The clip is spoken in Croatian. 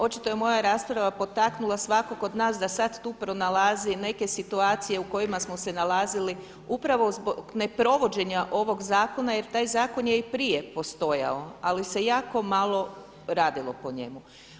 Očito je moja rasprava potaknula svakog od nas da sada tu pronalazi neke situacije u kojima smo se nalazili upravo zbog neprovođenja ovog zakona jer taj zakon j ei prije postojao ali se jako malo radilo po njemu.